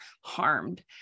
harmed